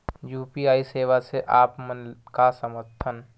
UPI सेवा से आप मन का समझ थान?